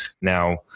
Now